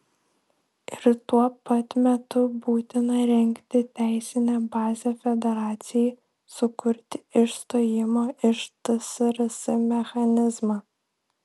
ir tuo pat metu būtina rengti teisinę bazę federacijai sukurti išstojimo iš tsrs mechanizmą